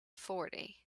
forty